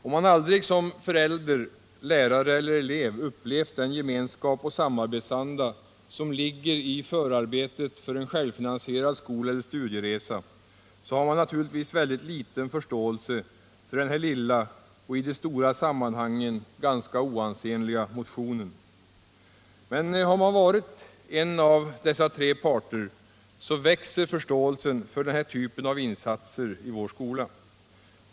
Om man aldrig som förälder, lärare eller elev upplevt den gemenskap och den samarbetsanda som ligger i förarbetet till en självfinansierad skoleller studieresa, så har man naturligtvis väldigt liten förståelse för den här lilla och i de stora sammanhangen ganska oansenliga motionen. Men har man varit en av dessa tre parter, så växer förståelsen för den här typen av insatser i vår skola.